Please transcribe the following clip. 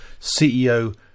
CEO